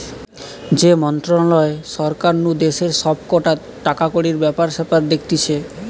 যে মন্ত্রণালয় সরকার নু দেশের সব কটা টাকাকড়ির ব্যাপার স্যাপার দেখতিছে